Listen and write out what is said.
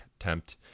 attempt